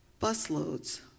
busloads